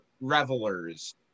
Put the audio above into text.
revelers